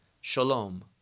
Shalom